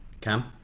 Cam